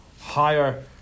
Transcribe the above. higher